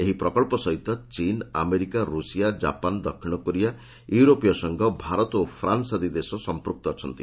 ଏହି ପ୍ରକଳ୍ପ ସହିତ ଚୀନ୍ ଆମେରିକା ରୁଷିଆ ଜାପାନ ଦକ୍ଷିଣ କୋରିଆ ୟୁରୋପୀୟ ସଂଘ ଭାରତ ଓ ଫ୍ରାନ୍ନ ଆଦି ଦେଶ ସଂପୃକ୍ତ ଅଛନ୍ତି